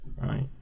right